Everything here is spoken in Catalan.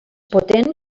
potent